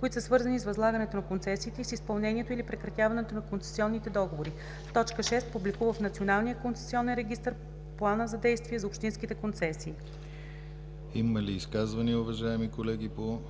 които са свързани с възлагането на концесиите и с изпълнението или прекратяването на концесионните договори; 6. публикува в Националния концесионен регистър плана за действие за общинските концесии.“ ПРЕДСЕДАТЕЛ ДИМИТЪР ГЛАВЧЕВ: Има ли изказвания, уважаеми колеги, по